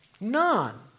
None